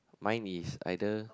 mine is either